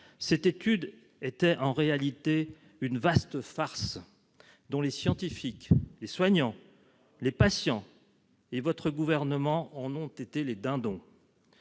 Elle était en réalité une vaste farce dont les scientifiques, les soignants, les patients et votre gouvernement ont été les dindons